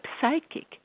psychic